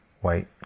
white